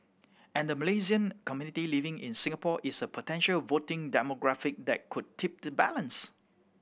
and the Malaysian community living in Singapore is a potential voting demographic that could tip the balance